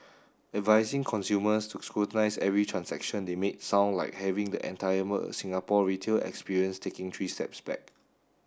advising consumers to scrutinise every transaction they make sound like having the entire Singapore retail experience take three steps back